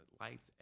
lights